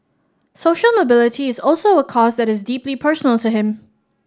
social mobility is also a cause that is deeply personal to him